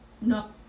No